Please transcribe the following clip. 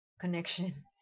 connection